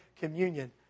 communion